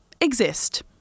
Exist